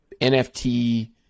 NFT